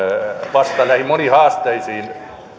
vastata näihin moniin haasteisiin